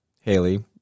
Haley